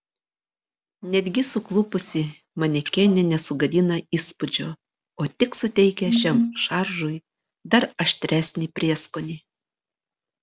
netgi suklupusi manekenė nesugadina įspūdžio o tik suteikia šiam šaržui dar aštresnį prieskonį